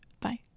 Bye